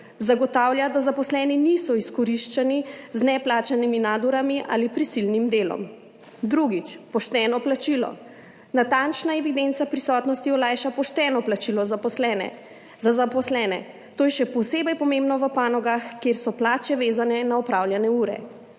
Zagotavlja, da zaposleni niso izkoriščani z neplačanimi nadurami ali prisilnim delom. Drugič, pošteno plačilo. Natančna evidenca prisotnosti olajša pošteno plačilo za zaposlene. To je še posebej pomembno v panogah, kjer so plače vezane na opravljene ure.